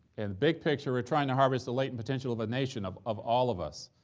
and the big picture we're trying to harvest the latent potential of a nation of of all of us,